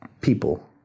people